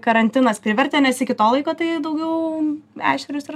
karantinas privertė nes iki to laiko tai daugiau ešerius ir